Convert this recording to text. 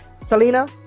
Selena